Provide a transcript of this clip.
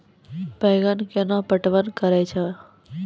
बैंगन केना पटवन करऽ लो?